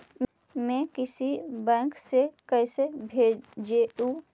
मैं किसी बैंक से कैसे भेजेऊ